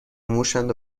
موشاند